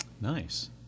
Nice